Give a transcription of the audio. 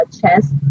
chess